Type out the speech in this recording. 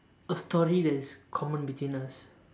a story that is common between us